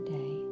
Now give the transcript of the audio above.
day